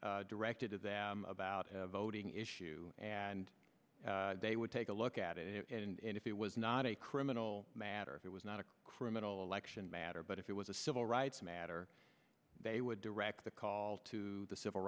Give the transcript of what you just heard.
calls directed to that about a voting issue and they would take a look at it and if it was not a criminal matter if it was not a criminal election matter but if it was a civil rights matter they would direct the call to the civil